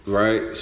right